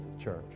church